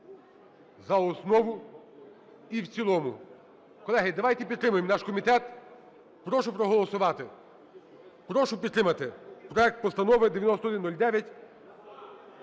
за основу і в цілому. Колеги, давайте підтримаємо наш комітет, прошу проголосувати, прошу підтримати проект Постанови 9109.